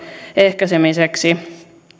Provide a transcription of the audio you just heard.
ehkäisemiseksi